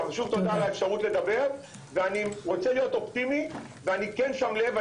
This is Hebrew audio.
שוב תודה על האפשרות לדבר ואני רוצה להיות אופטימי ואני שם לב,